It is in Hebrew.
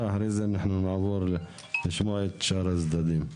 ואחרי זה אנחנו נעבור לשמוע את שאר הצדדים,